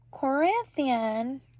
Corinthian